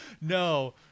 no